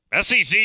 SEC